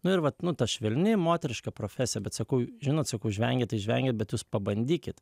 nu ir vat nu ta švelni moteriška profesija bet sakau žinot sakau žvengiat tai žvengiat bet jūs pabandykit